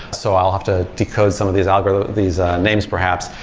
so i'll have to decode some of these algorithms these names perhaps.